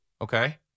Okay